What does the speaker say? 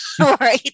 right